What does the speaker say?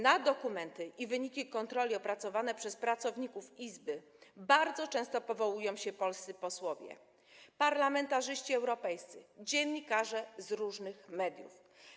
Na dokumenty i wyniki kontroli opracowane przez pracowników izby bardzo często powołują się polscy posłowie, parlamentarzyści europejscy, dziennikarze z różnych mediów.